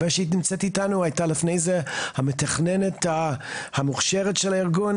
הייתה לפני זה המתכננת המוכשרת של הארגון.